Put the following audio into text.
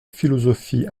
philosophie